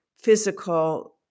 physical